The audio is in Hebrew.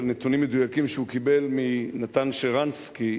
על נתונים מדויקים שהוא קיבל מנתן שרנסקי,